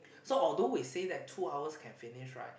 so although we say that two hours can finish right